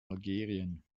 algerien